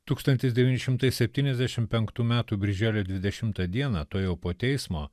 tūkstantis devyni šimtai septyniasdešim penktų metų birželio dvidešimtą dieną tuojau po teismo